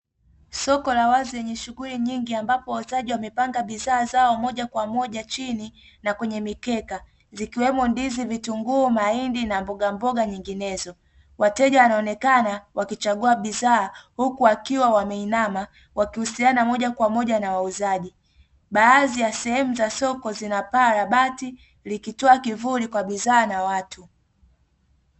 Soko la wazi lenye shughuli nyingi ambapo wauzaji wamepanga bidhaa zao moja kwa moja chini, na kwenye mikeka zikiwemo ndizi, vitunguu, mahindi na mboga mboga nyinginezo. Wateja wanaonekana wakichagua bidhaa huku wakiwa wameinama wakihusiana moja kwa moja na wauzaji baadhi ya sehemu za soko zinapaa la bati likitoa kivuli kwa bidhaa na watu.